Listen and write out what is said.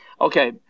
okay